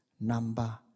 number